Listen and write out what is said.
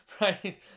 right